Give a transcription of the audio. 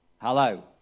Hello